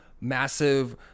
massive